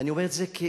ואני אומר את זה, כי